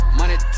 money